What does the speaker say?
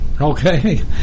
Okay